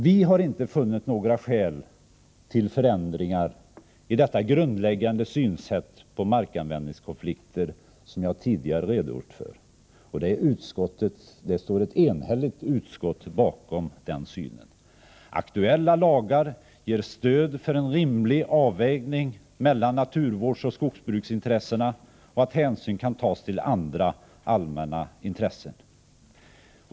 Vi har inte funnit några skäl till förändringar i detta grundläggande synsätt på markanvändningskonflikter som jag tidigare redogjort för. Det står ett enhälligt utskott bakom denna syn. Aktuella lagar ger stöd för en rimlig avvägning mellan naturvårdsoch skogsbruksintressena samtidigt som hänsyn kan tas till andra allmänna intressen.